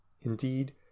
Indeed